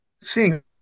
seeing